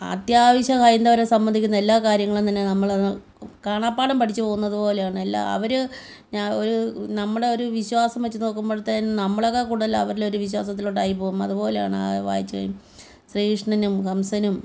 അത്യാവശ്യം ഹൈന്ദവരെ സംബന്ധിക്കുന്ന എല്ലാ കാര്യങ്ങളും തന്നെ നമ്മൾ അത് കാണാപാഠം പഠിച്ച് പോകുന്നത്പോലെയാണ് എല്ലാം അവർ ഞാൻ ഒരു നമ്മുടെ ഒരു വിശ്വാസം വെച്ച് നോക്കുമ്പോഴത്തേന് നമ്മളെക്കാൾ കൂടുതൽ അവർ വിശ്വാസത്തിലോട്ടായി പോകും അതുപോലെയാണ് ആ വായിച്ച് കഴിയും ശ്രീകൃഷ്ണനും കംസനും